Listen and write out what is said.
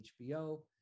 HBO